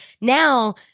Now